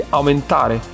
aumentare